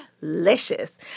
Delicious